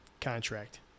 contract